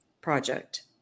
project